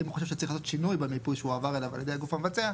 אם הוא חושב שצריך לעשות שינוי במיפוי שהועבר עליו על ידי הגוף המבצע,